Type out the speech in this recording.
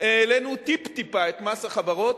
העלינו טיפ-טיפה את מס החברות,